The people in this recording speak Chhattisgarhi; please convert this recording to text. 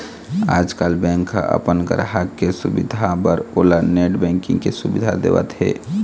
आजकाल बेंक ह अपन गराहक के सुबिधा बर ओला नेट बैंकिंग के सुबिधा देवत हे